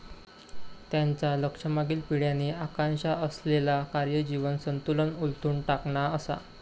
त्यांचा लक्ष मागील पिढ्यांनी आकांक्षा असलेला कार्य जीवन संतुलन उलथून टाकणा असा